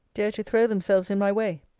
dare to throw themselves in my way.